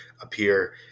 appear